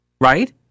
right